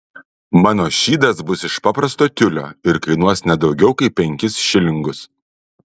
mano šydas bus iš paprasto tiulio ir kainuos ne daugiau kaip penkis šilingus